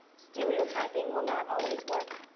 stereotyping will not always work.